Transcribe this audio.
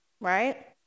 right